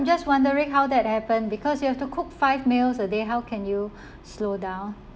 just wondering how that happened because you have to cook five meals a day how can you slow down